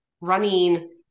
running